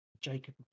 jacob